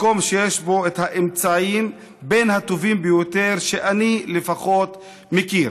מקום שיש בו את האמצעים בין הטובים ביותר שאני לפחות מכיר.